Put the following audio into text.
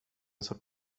ser